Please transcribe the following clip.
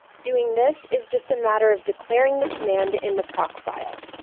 doing this is just a matter of declaring the command in the procfile.